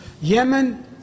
yemen